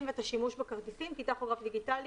ואת השימוש בכרטיסים כי טכוגרף דיגיטלי,